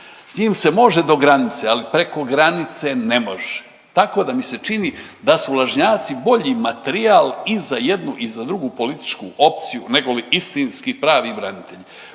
sa njim se može do granice, ali preko granice ne može, tako da mi se čini da su lažnjaci bolji materijal i za jednu i za drugu političku opciju negoli istinski pravi branitelji.